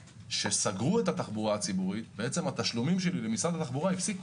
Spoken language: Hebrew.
כשסגרו את התחבורה הציבורית התשלומים שלי למשרד התחבורה הפסיקו.